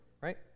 Right